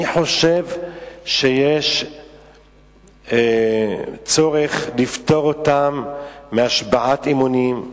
אני חושב שיש צורך לפטור אותם משבועת אמונים,